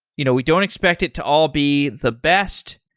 you know we don't expect it to all be the best,